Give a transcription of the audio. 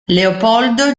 leopoldo